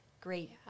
great